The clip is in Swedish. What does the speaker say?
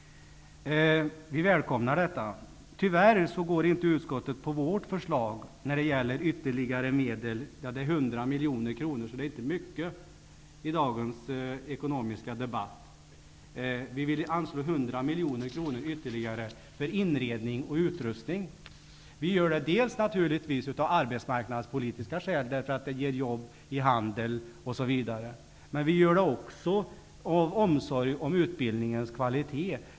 Vi välkomnar detta. Tyvärr ansluter sig utskottet inte till vårt förslag när det gäller ytterligare medel -- 100 miljoner kronor, vilket inte är mycket i dagens ekonomiska debatt. Vi vill anslå ytterligare 100 miljoner kronor till inredning och utrustning. Vi gör det dels naturligtvis av arbetsmarknadspolitiska skäl, därför att det ger jobb i handel osv, dels av omsorg om utbildningens kvalitet.